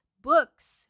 books